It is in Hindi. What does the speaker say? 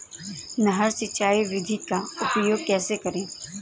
नहर सिंचाई विधि का उपयोग कैसे करें?